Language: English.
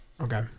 Okay